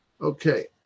Okay